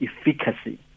efficacy